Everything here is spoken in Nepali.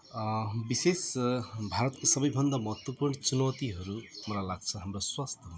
विशेष भारतको सबभन्दा महत्त्वपूर्ण चुनौतीहरू मलाई लाग्छ हाम्रो स्वास्थ्य